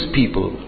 people